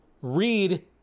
read